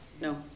No